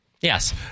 yes